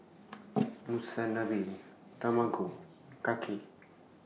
Monsunabe Tamago Kake